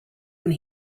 when